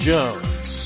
Jones